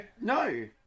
No